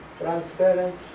transparent